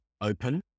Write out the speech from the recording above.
open